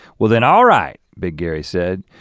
well then all right, big gary said,